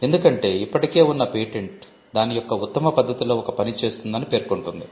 ఎందుకంటే ఇప్పటికే ఉన్న పేటెంట్ దాని యొక్క ఉత్తమ పద్ధతిలో ఒక పని చేస్తుందని పేర్కొంటుంది